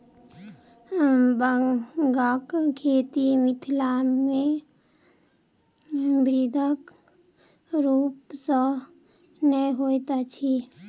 बांगक खेती मिथिलामे बृहद रूप सॅ नै होइत अछि